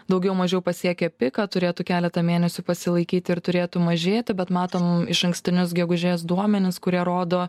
daugiau mažiau pasiekė piką turėtų keletą mėnesių pasilaikyti ir turėtų mažėti bet matom išankstinius gegužės duomenis kurie rodo